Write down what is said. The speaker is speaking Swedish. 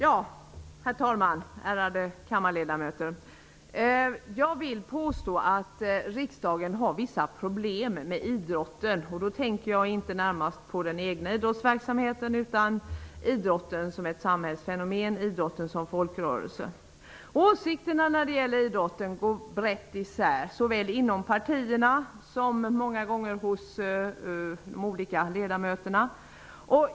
Herr talman! Ärade kammarledamöter! Jag vill påstå att riksdagen har vissa problem med idrotten. Då tänker jag inte närmast på den egna idrottsverksamheten utan på idrotten som samhällsfenomen och folkrörelse. Åsikterna om idrotten går brett isär såväl mellan partierna som mellan de olika ledamöterna.